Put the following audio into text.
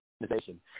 Organization